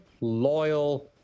loyal